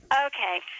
okay